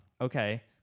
okay